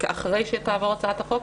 אחרי שתעבור הצעת החוק